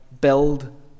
build